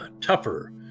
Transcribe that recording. tougher